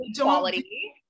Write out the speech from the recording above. quality